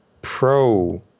Pro